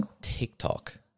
tiktok